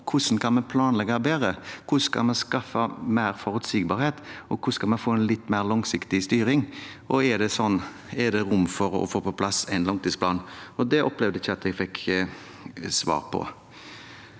hvordan vi kan planlegge bedre. Hvordan kan vi skaffe mer forutsigbarhet? Hvordan kan vi få en litt mer langsiktig styring? Er det rom for å få på plass en langtidsplan? Det opplevde jeg ikke at jeg